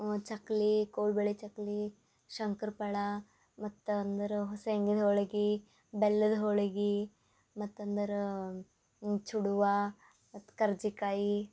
ಚಕ್ಕುಲಿ ಕೋಡುಬಳೆ ಚಕ್ಕುಲಿ ಶಂಕ್ರ್ಪೋಳೆ ಮತ್ತು ಅಂದ್ರೆ ಶೇಂಗದ ಹೋಳ್ಗೆ ಬೆಲ್ಲದ ಹೋಳ್ಗೆ ಮತ್ತು ಅಂದರೆ ಚುಡುವ ಮತ್ತು ಕರ್ಜಿಕಾಯಿ